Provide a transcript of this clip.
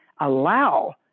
allow